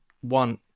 one